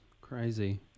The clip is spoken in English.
Crazy